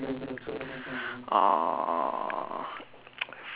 uh